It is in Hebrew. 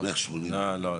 לא, לא.